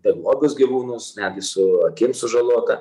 beglobius gyvūnus netgi su akim sužalota